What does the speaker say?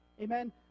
Amen